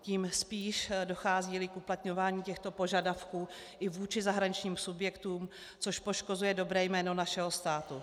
Tím spíš, docházíli k uplatňování těchto požadavků i vůči zahraničním subjektům, což poškozuje dobré jméno našeho státu.